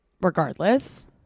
regardless